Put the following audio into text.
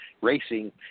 racing